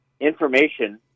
information